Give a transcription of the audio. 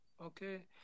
Okay